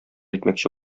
итмәкче